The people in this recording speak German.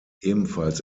ebenfalls